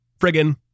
friggin